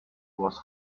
was